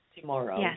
tomorrow